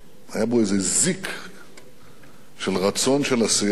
זיק של רצון, של עשייה.